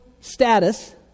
status